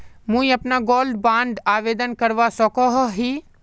मुई अपना gold bond आवेदन करवा सकोहो ही?